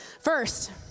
First